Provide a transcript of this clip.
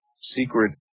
secret